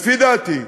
לפי דעתי,